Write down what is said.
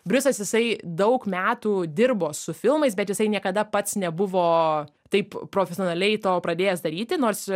briusas jisai daug metų dirbo su filmais bet jisai niekada pats nebuvo taip profesionaliai to pradėjęs daryti nors